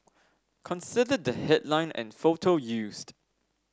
consider the headline and photo used